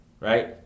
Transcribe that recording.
right